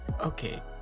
Okay